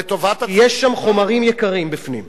זה לטובת, כי יש שם חומרים יקרים בפנים.